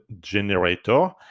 generator